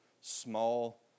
small